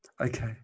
Okay